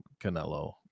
Canelo